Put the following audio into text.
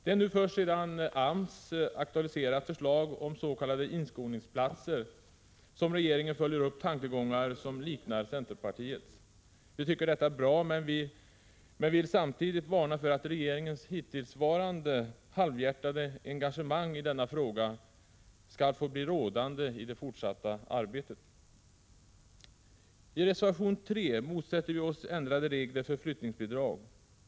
Det är först sedan AMS nu har aktualiserat förslag om s.k. inskolningsplatser som regeringen följer upp tankegångar som liknar centerpartiets. Vi tycker detta är bra, men vill samtidigt varna för att regeringens hittillsvarande halvhjärtade engagemang i denna fråga skall få bli rådande i det fortsatta arbetet. I reservation 3 motsätter vi oss förslaget till ändrade regler för flyttningsbidrag.